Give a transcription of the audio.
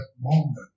moment